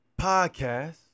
podcast